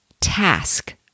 task